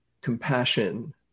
compassion